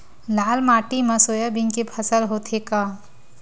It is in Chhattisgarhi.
लाल माटी मा सोयाबीन के फसल होथे का?